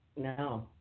no